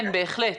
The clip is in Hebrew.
כן, בהחלט.